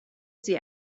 sie